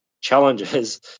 challenges